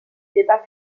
débat